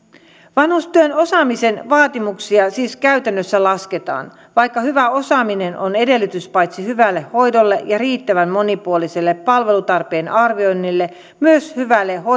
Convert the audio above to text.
vanhustyön osaamisen vaatimuksia siis käytännössä lasketaan vaikka hyvä osaaminen on edellytys paitsi hyvälle hoidolle ja riittävän monipuoliselle palvelutarpeen arvioinnille myös hyvälle